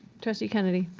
trustee kennedy?